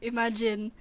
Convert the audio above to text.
Imagine